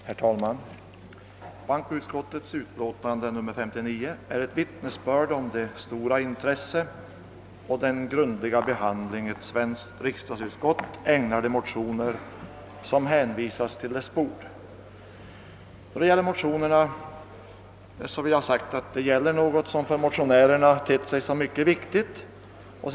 Herr talman! Bankoutskottets utlåtande nr 59 är ett vittnesbörd om det stora intresse och den grundliga behandling ett svenskt riksdagsutskott ägnar de motioner som hänvisats till dess bord. Då det gäller dessa motioner vill jag ha sagt, att de gäller något som för motionärerna tett sig som mycket viktigt.